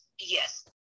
Yes